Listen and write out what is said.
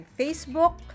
facebook